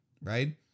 right